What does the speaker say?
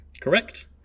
Correct